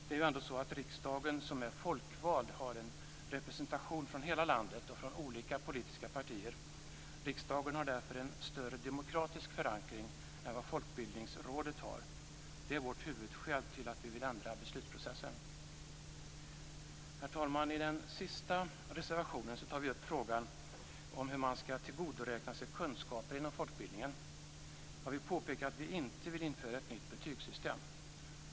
Det är ändå så att riksdagen som är folkvald har en representation från hela landet och från olika politiska partier. Riksdagen har därför en större demokratisk förankring än vad Folkbildningsrådet har. Det är vårt huvudskäl till att vi vill förändra beslutsprocessen. Herr talman! I den sista reservationen tar vi upp frågan om hur man skall tillgodoräkna sig kunskaper inom folkbildningen. Jag vill påpeka att vi inte vill införa ett nytt betygssystem.